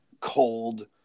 cold